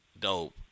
Dope